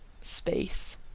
space